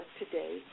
today